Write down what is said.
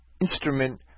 instrument